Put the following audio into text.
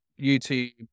YouTube